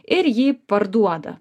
ir jį parduoda